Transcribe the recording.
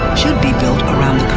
should be built around